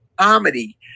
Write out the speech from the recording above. comedy